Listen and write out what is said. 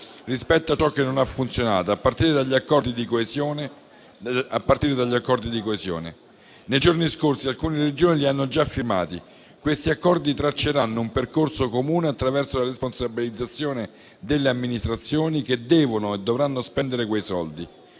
rispetto a ciò che non ha funzionato, a partire dagli accordi di coesione. Nei giorni scorsi, alcune Regioni li hanno già firmati. Questi accordi tracceranno un percorso comune attraverso la responsabilizzazione delle amministrazioni, che devono e dovranno spendere quei soldi.